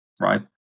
right